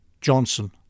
Johnson